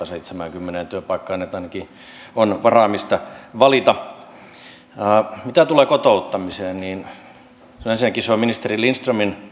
seitsemäänkymmeneen työpaikkaan melkein kolmetuhatta joten ainakin on varaa mistä valita mitä tulee kotouttamiseen niin ensinnäkin se on ministeri lindströmin